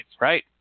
right